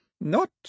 Not